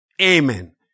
Amen